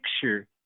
picture